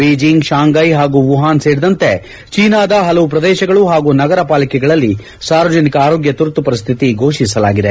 Beijing Shanghai ಹಾಗೂ Wuhan ಸೇರಿದಂತೆ ಚೀನಾದ ಹಲವು ಪ್ರದೇಶಗಳು ಹಾಗೂ ನಗರ ಪಾಲಿಕೆಗಳಲ್ಲಿ ಸಾರ್ವಜನಿಕ ಆರೋಗ್ಯ ತುರ್ತು ಪರಿಸ್ಥಿತಿಯಲ್ಲಿ ಘೋಷಿಸಲಾಗಿದೆ